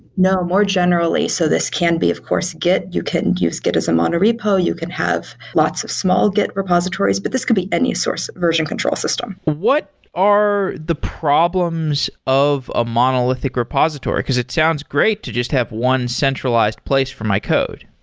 no, more generally. so this can be, of course, git. you can use git as a mono repo. you can have lots of small git repositories. but this could be any source version control system. what are the problems of a monolithic repository, because it sounds great to just have one centralized place for my code.